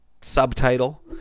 subtitle